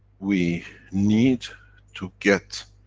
we need to get,